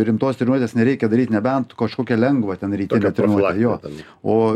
rimtos treniruotės nereikia daryt nebent kažkokią lengvą ten rytinę treniruotę jo o